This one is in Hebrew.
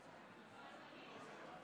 עוברים להצעת